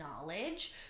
knowledge